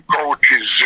coaches